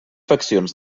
faccions